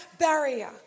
barrier